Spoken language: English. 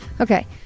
Okay